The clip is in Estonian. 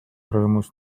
rõõmus